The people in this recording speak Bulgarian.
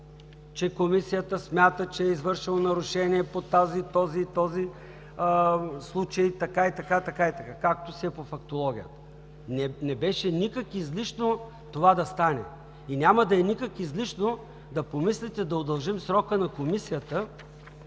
че комисията смята, че е извършено нарушение по този и този случай, така и така, както си е по фактологията. Не беше никак излишно това да стане. Няма да е никак излишно да помислите да удължим срока на Комисията